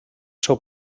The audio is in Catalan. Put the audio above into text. seu